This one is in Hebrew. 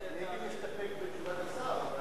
אני מעדיף להסתפק בתשובת השר.